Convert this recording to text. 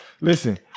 Listen